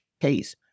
case